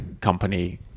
company